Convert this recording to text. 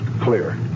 Clear